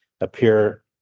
appear